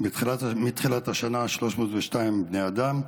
מתחילת השנה נהרגו 302 בני אדם,